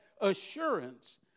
assurance